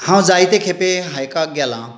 हांव जायते खेपे हायकाक गेलां